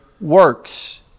works